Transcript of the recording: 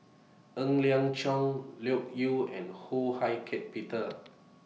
Ng Liang Chiang Loke Yew and Ho Hak Ean Peter